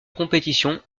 compétition